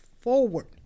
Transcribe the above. forward